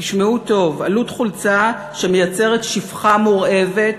תשמעו טוב, עלות חולצה שמייצרת שפחה מורעבת